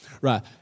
Right